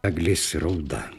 eglės rauda